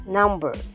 number